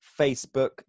Facebook